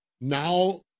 now